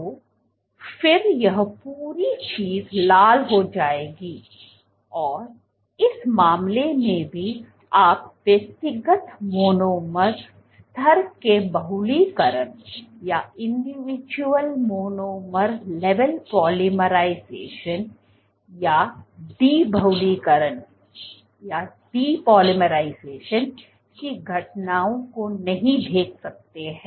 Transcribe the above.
तो फिर यह पूरी चीज लाल हो जाएगी और इस मामले में भी आप व्यक्तिगत मोनोमर स्तर के बहुलीकरण या डी बहुलीकरण की घटनाओं को नहीं देख सकते हैं